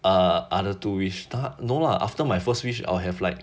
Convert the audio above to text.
err other two wish err no lah after my first wish I'll have like